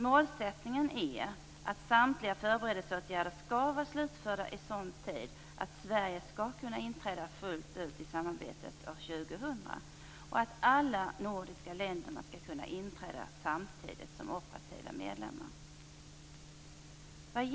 Målsättningen är att samtliga förberedelseåtgärder skall vara slutförda i sådan tid att Sverige skall kunna inträda fullt ut i samarbetet år 2000 och att alla nordiska länderna skall kunna inträda samtidigt som operativa medlemmar.